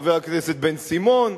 חבר הכנסת בן-סימון,